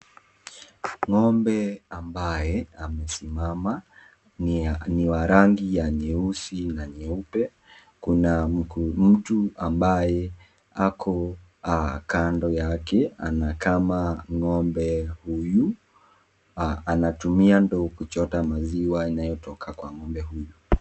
Ng'ombe ambaye amesimama ni wa rangi nyeusi na nyeupe, kuna mtu ambaye ako kando yake anakama ng'ombe huyu anatumia ndoo kuchota maziwa inayotoka kwa ng'ombe huyu.